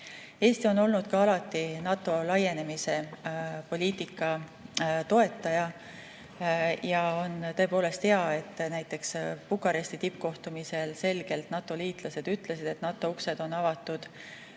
näol. Eesti on olnud alati NATO laienemise poliitika toetaja. Ja on tõepoolest hea, et näiteks Bukaresti tippkohtumisel NATO-liitlased selgelt ütlesid, et NATO uksed on avatud,